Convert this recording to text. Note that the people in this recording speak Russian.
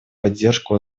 поддержку